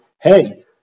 hey